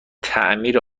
تعمیر